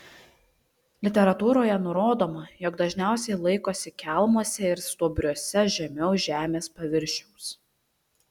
literatūroje nurodoma jog dažniausiai laikosi kelmuose ir stuobriuose žemiau žemės paviršiaus